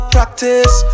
Practice